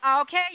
Okay